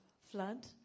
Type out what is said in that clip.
flood